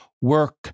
work